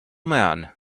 man